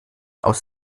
aus